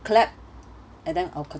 clap and then I'll con~